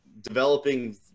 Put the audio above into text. developing